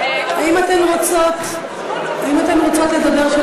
האם אתן רוצות לדבר עכשיו,